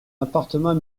appartement